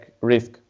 risk